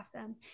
Awesome